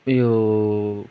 यो